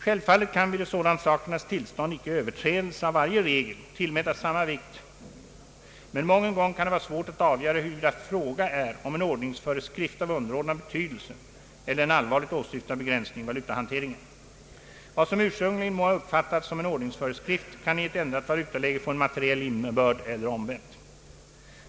Självfallet kan vid ett sådant sakernas tillstånd icke överträdelse av varje regel tillmätas samma vikt men mången gång kan det vara svårt att avgöra, huruvida fråga är om en ordningsföreskrift av underordnad bety Ang. valutaregleringen, m.m. delse eller en allvarligt åsyftad begränsning i valutahanteringen. Vad som ursprungligen må ha uppfattats som en ordningsföreskrift kan i ett ändrat valutaläge få en materiell innebörd eller omvänt.